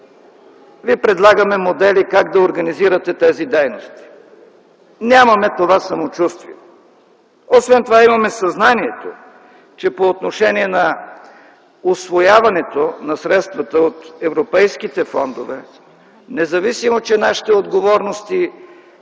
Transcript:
ви предлагаме модели как да организирате тези дейности, нямаме това самочувствие. Освен това имаме съзнанието, че по отношение на усвояването на средствата от европейските фондове, независимо че нашите отговорности